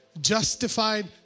justified